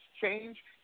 change